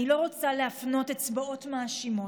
אני לא רוצה להפנות אצבעות מאשימות.